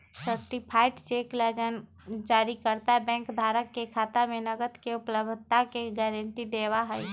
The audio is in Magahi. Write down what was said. सर्टीफाइड चेक ला जारीकर्ता बैंक धारक के खाता में नकद के उपलब्धता के गारंटी देवा हई